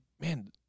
man